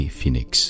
Phoenix